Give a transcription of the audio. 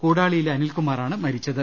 കൂടാ ളിയിലെ അനിൽകുമാറാണ് മരിച്ചത്